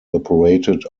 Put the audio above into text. operated